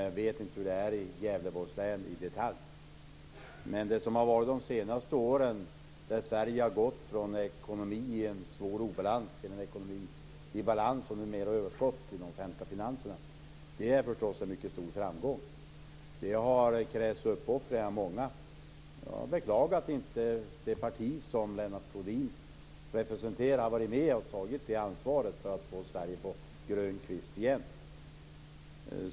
Jag vet inte hur det är i Gävleborgs län i detalj. Men under de senaste åren har Sverige gått från en ekonomi i svår obalans till en ekonomi i balans och numera överskott i de offentliga finanserna. Det är förstås en mycket stor framgång. Det har krävts uppoffringar av många. Jag beklagar att det parti som Lennart Rohdin representerar inte har varit med och tagit det ansvaret för att få Sverige på grön kvist igen.